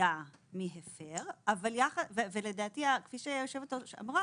ידע מי הפר ולדעתי, כפי שאמרה היושבת ראש,